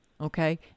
Okay